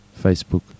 Facebook